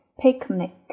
picnic